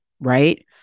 right